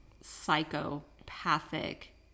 psychopathic